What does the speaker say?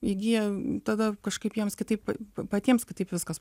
įgyja tada kažkaip jiems kitaip patiems kitaip viskas